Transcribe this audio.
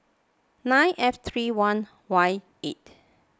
nine F thirty one Y eight